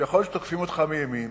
שיכול להיות שתוקפים אותך מימין